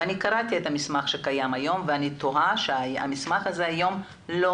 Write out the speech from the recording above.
וקראתי את המסמך שקיים היום ואני תוהה שהמסמך הזה היום לא